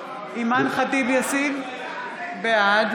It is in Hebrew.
אימאן ח'טיב יאסין, בעד